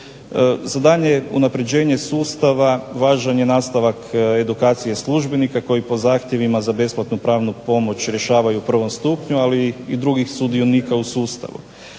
Za daljnje unapređenje sustava važan je nastavak edukacije službenika koji po zahtjevima za besplatnu pravnu pomoć rješavaju u prvom stupnju ali i drugih sudionika u sustavu.